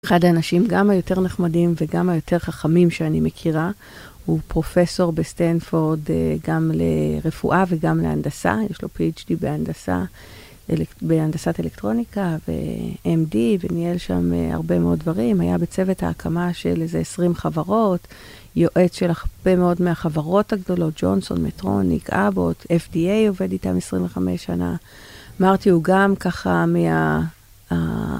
אחד האנשים גם היותר נחמדים וגם היותר חכמים שאני מכירה הוא פרופסור בסטנפורד גם לרפואה וגם להנדסה, יש לו PhD בהנדסת אלקטרוניקה ו-MD, וניהל שם הרבה מאוד דברים, היה בצוות ההקמה של איזה 20 חברות, יועץ של הרבה מאוד מהחברות הגדולות, ג'ונסון, מטרוניק, אבוט, FDA, עובד איתם 25 שנה. מרטי הוא גם ככה מה... ה...